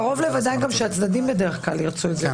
קרוב לוודאי שהצדדים ירצו את זה בדרך כלל,